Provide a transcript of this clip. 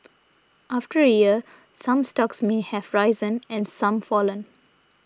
after a year some stocks may have risen and some fallen